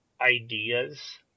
ideas